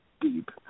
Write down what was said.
deep